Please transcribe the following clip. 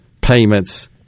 payments